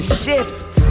shift